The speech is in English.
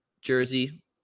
Jersey